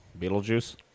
Beetlejuice